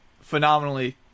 phenomenally